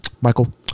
Michael